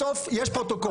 בסוף יש פרוטוקול.